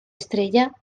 estrella